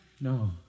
No